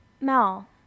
Mel